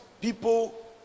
people